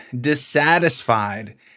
dissatisfied